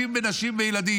בנשים ובילדים.